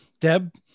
Deb